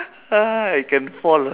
how I can fall ah